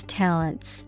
talents